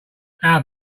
how